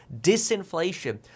disinflation